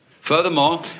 Furthermore